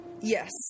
Yes